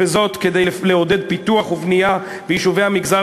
כדי לעודד פיתוח ובנייה ביישובי המגזר